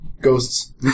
Ghosts